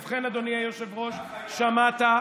ובכן, אדוני היושב-ראש, שמעת.